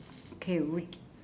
okay wait